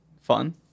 fun